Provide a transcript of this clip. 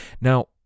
Now